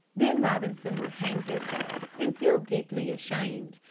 then robinson would hang his head and feel deeply ashamed,